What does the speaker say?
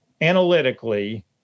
analytically